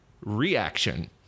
Reaction